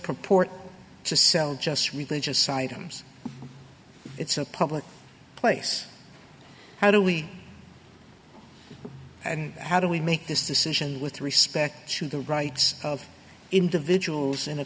purport to sell just religious items it's a public place how do we how do we make this decision with respect to the rights of individuals in a